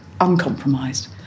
uncompromised